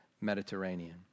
Mediterranean